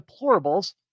deplorables